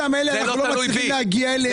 אל אלה אנחנו לא מצליחים להגיע.